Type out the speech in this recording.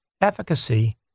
efficacy